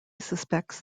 suspects